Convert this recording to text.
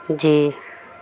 جی